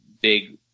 big